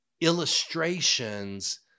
illustrations